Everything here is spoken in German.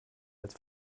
als